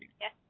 Yes